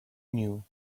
knew